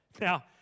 Now